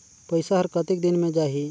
पइसा हर कतेक दिन मे जाही?